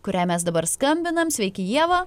kuriai mes dabar skambinam sveiki ieva